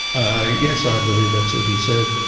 i. yes, i believe that's what he said.